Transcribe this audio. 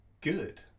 good